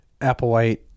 Applewhite